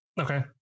okay